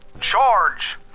Charge